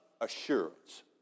assurance